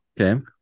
Okay